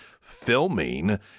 filming